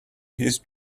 his